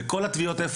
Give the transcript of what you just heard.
ואיפה היו כל הטביעות?